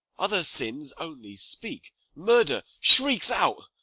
other sins only speak murder shrieks out.